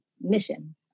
mission